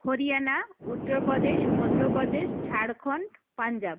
Haryana Uttar Pradesh Madhya Pradesh Jharkhand Punjab